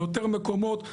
ביותר מקומות,